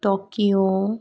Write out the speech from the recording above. Tokyo